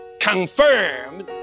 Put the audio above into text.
confirmed